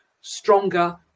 stronger